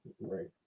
Right